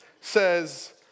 says